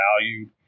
valued